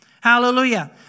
Hallelujah